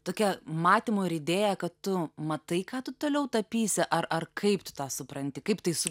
tokia matymo ir idėja kad tu matai ką tu toliau tapysi ar ar kaip tu tą supranti kaip tai su